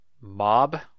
mob